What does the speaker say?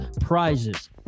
prizes